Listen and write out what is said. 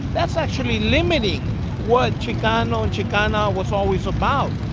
that's actually limiting what chicano chicana was always about,